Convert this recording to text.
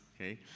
Okay